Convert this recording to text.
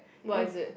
what is it